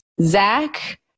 Zach